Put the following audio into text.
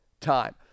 time